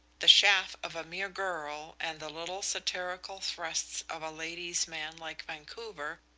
the chaff of a mere girl, and the little satirical thrusts of a lady's man like vancouver,